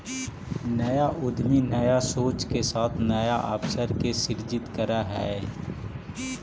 नया उद्यमी नया सोच के साथ नया अवसर के सृजित करऽ हई